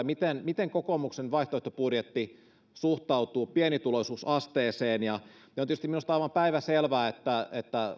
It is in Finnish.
miten miten kokoomuksen vaihtoehtobudjetti suhtautuu pienituloisuusasteeseen ja on tietysti minusta aivan päivänselvää että